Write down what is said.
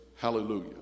Hallelujah